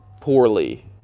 poorly